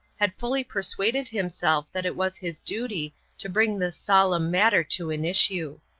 had fully persuaded himself that it was his duty to bring this solemn matter to an issue.